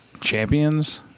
champions